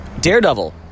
Daredevil